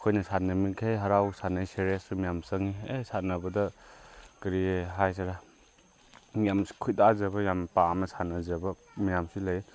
ꯑꯩꯈꯣꯏꯅ ꯁꯥꯟꯅꯔꯤꯈꯩ ꯍꯔꯥꯎ ꯁꯥꯟꯅ ꯁꯦꯔꯤꯌꯁꯁꯨ ꯃꯌꯥꯝ ꯆꯪꯉꯤ ꯍꯦꯛ ꯁꯥꯟꯅꯕꯗ ꯀꯔꯤ ꯍꯥꯏꯁꯤꯔ ꯌꯥꯝꯁꯨ ꯈꯣꯏꯗꯥꯖꯕ ꯌꯥꯝ ꯄꯥꯝꯅ ꯁꯥꯟꯅꯖꯕ ꯃꯌꯥꯝꯁꯨ ꯂꯩ